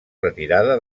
retirada